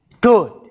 good